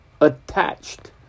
attached